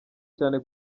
cyane